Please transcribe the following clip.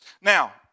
Now